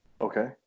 Okay